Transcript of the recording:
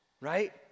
right